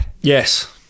Yes